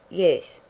yes!